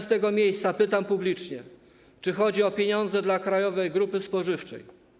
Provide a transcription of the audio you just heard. Z tego miejsca pytam publicznie: Czy chodzi o pieniądze dla Krajowej Grupy Spożywczej?